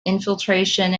infiltration